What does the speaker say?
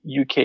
UK